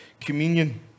communion